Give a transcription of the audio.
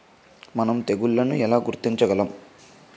మనం తెగుళ్లను ఎలా గుర్తించగలం?